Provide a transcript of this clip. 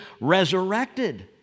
resurrected